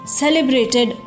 celebrated